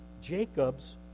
Jacob's